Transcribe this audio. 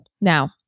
Now